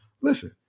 Listen